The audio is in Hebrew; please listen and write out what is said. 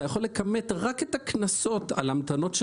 אתה יכול לכמת רק את הקנסות על המתנות של